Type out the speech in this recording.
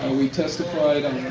ah we testified on